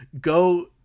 go